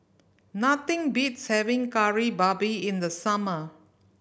nothing beats having Kari Babi in the summer